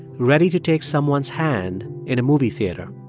ready to take someone's hand in a movie theater.